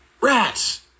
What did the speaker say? Rats